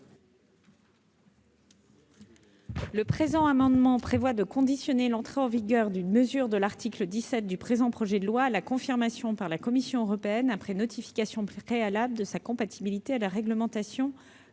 Cet amendement vise à conditionner l'entrée en vigueur de mesures contenues dans l'article 17 du présent projet de loi à la confirmation par la Commission européenne, après notification préalable, de sa compatibilité avec la réglementation